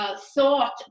thought